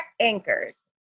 anchors